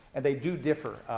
and they do differ.